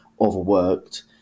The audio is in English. overworked